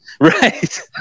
Right